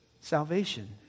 salvation